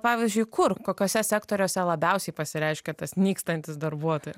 pavyzdžiui kur kokiuose sektoriuose labiausiai pasireiškia tas nykstantis darbuotojas